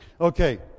Okay